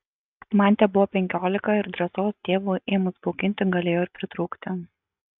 man tebuvo penkiolika ir drąsos tėvui ėmus bauginti galėjo ir pritrūkti